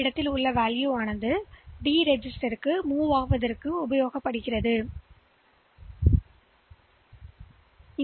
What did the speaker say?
எனவே இது ஒரு ஸ்டாக் சுட்டிக்காட்டி சுட்டிக்காட்டிய மெமரி இருப்பிடத்தின் உள்ளடக்கத்தைநகலெடுக்கும்